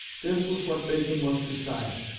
this was what bacon was to science,